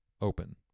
open